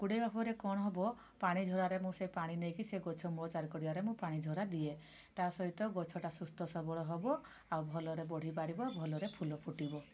କୁଢ଼େଇବା ପରେ କ'ଣ ହେବ ପାଣି ଝରାରେ ମୁଁ ସେଇ ପାଣି ନେଇକି ସେ ଗଛ ମୂଳ ଚାରିପଟରେ ପାଣି ଝରା ଦିଏ ତା' ସହିତ ଗଛଟା ସୁସ୍ଥ ସବଳ ହେବ ଆଉ ଭଲରେ ବଢ଼ି ପାରିବ ଭଲରେ ଫୁଲ ଫୁଟିବ